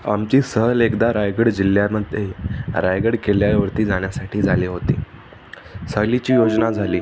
आमची सहल एकदा रायगड जिल्ह्यामध्ये रायगड किल्ल्यावरती जाण्यासाठी झाली होती सहलीची योजना झाली